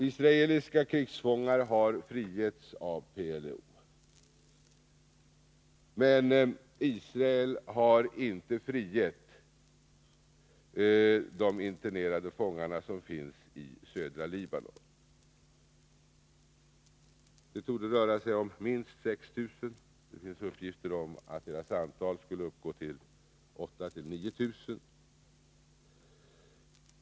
Israeliska krigsfångar har frigetts av PLO, men Israel har inte frigett de internerade fångar som finns i södra Libanon. Det torde röra sig om minst 6 000 fångar. Det finns uppgifter om att deras antal skulle uppgå till 8 000-9 000.